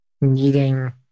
needing